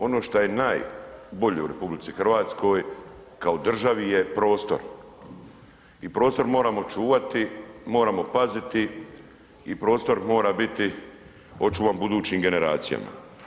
Ono šta je najbolje u RH kao državi je prostor i prostor moramo čuvati, moramo paziti i prostor mora biti očuvan budućim generacijama.